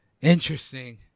Interesting